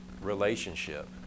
relationship